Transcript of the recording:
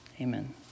amen